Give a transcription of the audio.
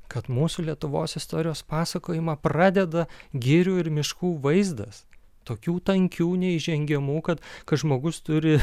kad mūsų lietuvos istorijos pasakojimą pradeda girių ir miškų vaizdas tokių tankių neįžengiamų kad kad žmogus turi